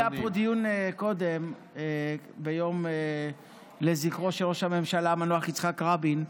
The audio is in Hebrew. היה פה דיון קודם ביום לזכרו את ראש הממשלה המנוח יצחק רבין,